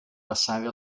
passare